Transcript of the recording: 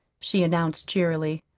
she announced cheerily.